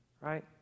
Right